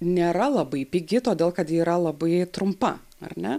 nėra labai pigi todėl kad ji yra labai trumpa ar ne